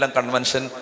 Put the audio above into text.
Convention